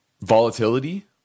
volatility